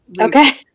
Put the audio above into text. Okay